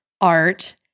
art